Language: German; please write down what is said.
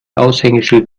aushängeschild